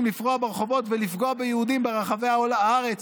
לפרוע ברחובות ולפגוע ביהודים ברחבי הארץ,